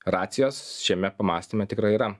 racijos šiame pamąstyme tikrai yra